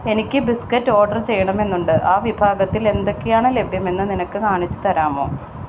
എനിക്ക് biscuit order ചെയ്യണമെന്നുണ്ട് ആ വിഭാഗത്തിൽ എന്തൊക്കെയാണ് ലഭ്യമെന്ന് നിനക്ക് കാണിച്ചു തരാമോ